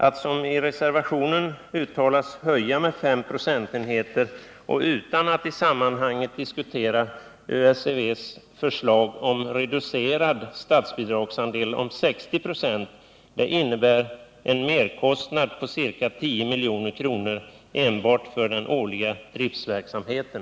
Att, som föreslås i reservationen, höja med 5 procentenheter utan att i sammanhanget diskutera ÖSEV:s förslag om reducerad statsbidragsandel om 60 96 innebär en merkostnad på ca 10 milj.kr. enbart för den årliga driftverksamheten.